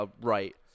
right